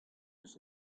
eus